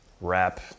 wrap